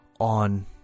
on